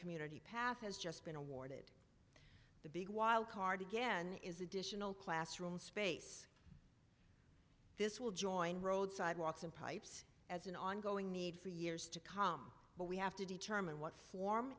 community path has just been awarded the big wildcard again is additional classroom space this will join road sidewalks and pipes as an ongoing need for years to come but we have to determine what form